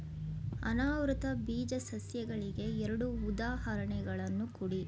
ಅನಾವೃತ ಬೀಜ ಸಸ್ಯಗಳಿಗೆ ಎರಡು ಉದಾಹರಣೆಗಳನ್ನು ಕೊಡಿ